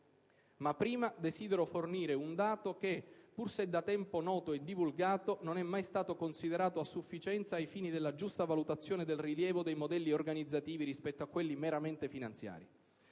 Ma prima desidero fornire un dato che, pur se da tempo noto e divulgato, non è mai stato considerato a sufficienza ai fini della giusta valutazione e del rilievo dei modelli organizzativi rispetto a quelli meramente finanziari.